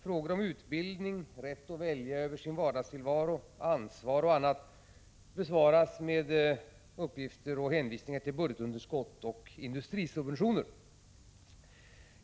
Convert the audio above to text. Frågor om utbildning, rätt att välja i sin vardagstillvaro, ansvar och annat besvaras med uppgifter om och hänvisningar till budgetunderskott och industrisubventioner.